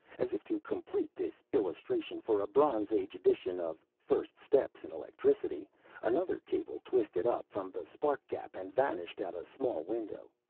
as if to complete this illustration for a bronze-age edition of first steps in electricity another cable twisted up from the spark gap and vanished out a small window.